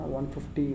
150